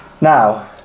Now